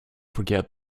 forget